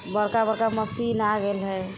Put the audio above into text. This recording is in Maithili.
बड़का बड़का मशीन आ गेल हइ